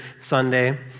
Sunday